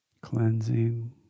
Cleansing